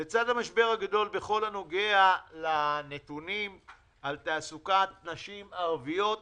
לצד המשבר הגדול בכל הנוגע לנתונים על תעסוקת נשים ערביות,